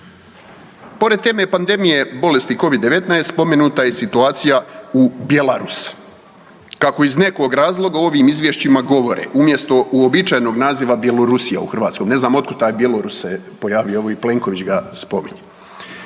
Pored teme pandemije bolesti Covid-19 spomenuta je i situacija u Bjelarusa. Kako iz nekog razloga u ovim izvješćima govore umjesto uobičajenog naziva Bjelorusija u Hrvatskoj, ne znam otkud taj Bjelarus se pojavio, evo i Plenković ga spominje.